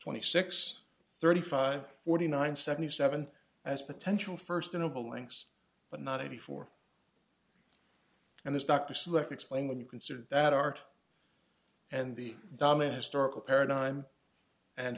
twenty six thirty five forty nine seventy seven as potential first interval links but not eighty four and this dr select explain when you consider that art and the dominant historical paradigm and